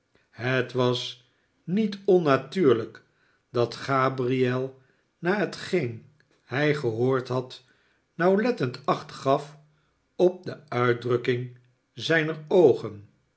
het was niet onnatuurlijk dat gabriel na hetgeen hij gehoord had nauwlettend acht gaf op de uitdrukking zijner oogen